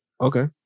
Okay